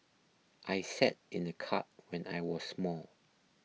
I sat in a cart when I was small